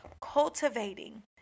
Cultivating